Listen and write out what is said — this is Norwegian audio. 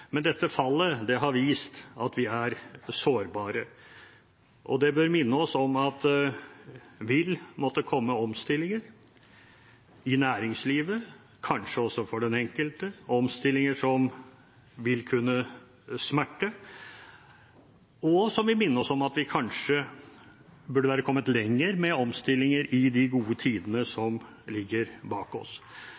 Men dette fallet har vist at vi er sårbare, og det bør minne oss om at det vil måtte komme omstillinger i næringslivet, kanskje også for den enkelte, omstillinger som vil kunne smerte, og som vil minne oss om at vi kanskje burde være kommet lenger med omstillinger i de gode tidene som ligger bak oss.